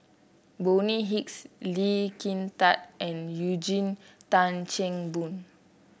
Bonny Hicks Lee Kin Tat and Eugene Tan Kheng Boon